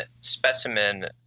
specimen